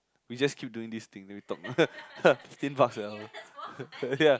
you just keep doing this thing then we talk fifteen bucks [liao] ya